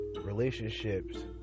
relationships